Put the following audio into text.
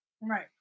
right